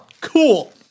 Cool